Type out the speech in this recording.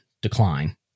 decline